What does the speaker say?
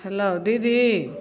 hello दीदी